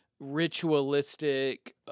Ritualistic